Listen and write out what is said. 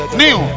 new